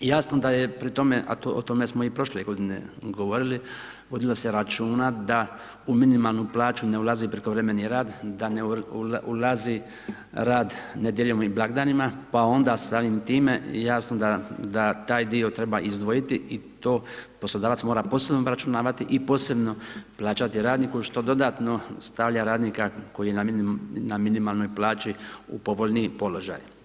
I jasno da je pri tome, a o tome smo i prošle g. govorili, vodilo se računa, da u minimalnu plaću ne ulazi i prekovremeni rad, da ne ulazi rad nedjeljom i blagdanima, pa onda samim time, jasno da taj dio treba izdvojiti i to poslodavac mora posebno obračunavati i posebno plaćati radniku, što dodatno stavlja radnika, koji je na minimalnoj plaći u povoljniji položaj.